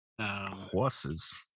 horses